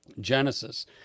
Genesis